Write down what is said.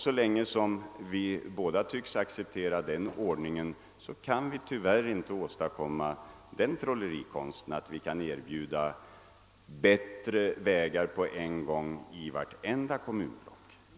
Så länge vi båda tycks acceptera den ordningen kan vi tyvärr inte göra den trolilkonsten att er bjuda bättre vägar på en gång i varje kommunblock.